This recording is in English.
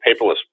paperless